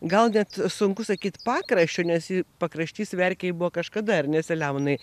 gal net sunku sakyt pakraščiu nes ji pakraštys verkiai buvo kažkada ar ne selemonai